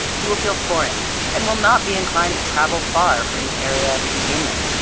he will feel foreign and will not be inclined to travel far from the area of containment